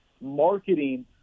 marketing